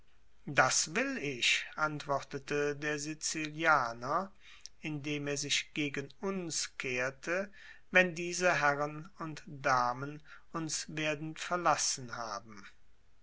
das will ich antwortete der sizilianer indem er sich gegen uns kehrte wenn diese herren und damen uns werden verlassen haben